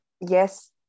yes